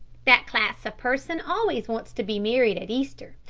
that class of person always wants to be married at easter.